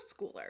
schooler